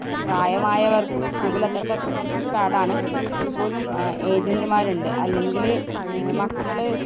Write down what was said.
പ്രായമായവർക്കും സുഖമില്ലാത്തവർക്കൊക്കെ കുറച്ച് പാടാണ് എങ്കിൽപ്പോലും ഏജൻ്റുമാരുണ്ട് അല്ലെങ്കിൽ മക്കൾ